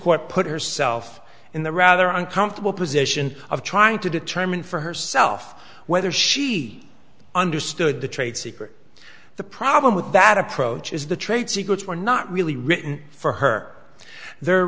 court put herself in the rather uncomfortable position of trying to determine for herself whether she understood the trade secret the problem with that approach is the trade secrets were not really written for her they're